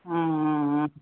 ம் ம் ம்